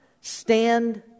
stand